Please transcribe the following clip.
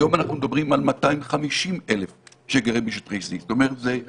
היום אנחנו מדברים על 250,000 שגרים בשטחי C. זאת אומרת שזה